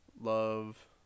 Love